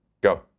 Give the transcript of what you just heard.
Go